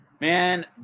man